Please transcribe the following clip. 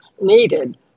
needed